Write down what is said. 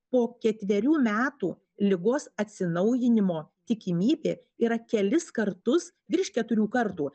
po ketverių metų ligos atsinaujinimo tikimybė yra kelis kartus virš keturių kartų